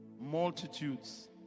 Multitudes